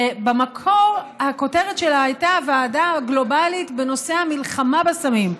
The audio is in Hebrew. במקור הכותרת שלה הייתה: "הוועדה הגלובלית בנושא המלחמה בסמים",